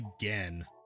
again